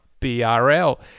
BRL